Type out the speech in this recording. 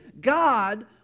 God